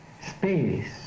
space